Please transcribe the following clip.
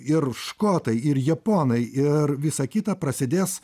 ir škotai ir japonai ir visa kita prasidės